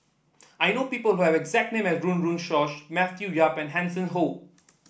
I know people who have a exact name as Run Run Shaw Matthew Yap and Hanson Ho